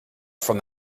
from